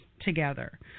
together